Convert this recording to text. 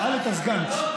אתה יכול לרדת.